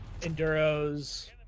enduro's